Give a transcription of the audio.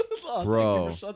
bro